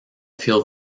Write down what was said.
feel